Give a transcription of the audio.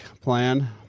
plan